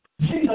Jesus